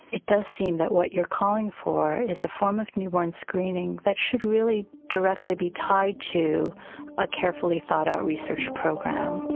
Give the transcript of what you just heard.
it does seem that what you're calling for is a form of newborn screening that should really directly be tied to a carefully thought-out research program.